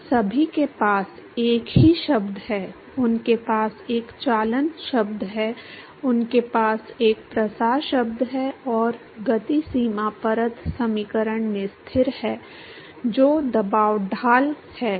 उन सभी के पास एक ही शब्द है उनके पास एक चालन शब्द है उनके पास एक प्रसार शब्द है और गति सीमा परत समीकरण में स्थिर है जो दबाव ढाल है